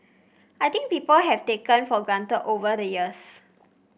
I think people have taken for granted over the years